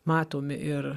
matomi ir